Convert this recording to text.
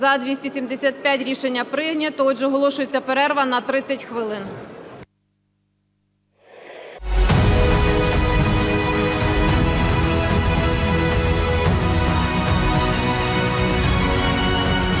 За-275 Рішення прийнято. Отже, оголошується перерва на 30 хвилин